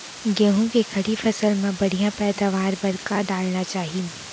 गेहूँ के खड़ी फसल मा बढ़िया पैदावार बर का डालना चाही?